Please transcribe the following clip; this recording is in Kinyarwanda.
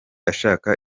ashaka